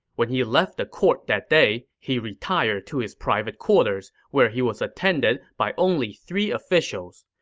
when he left the court that day, he retired to his private quarters, where he was attended by only three officials.